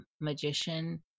magician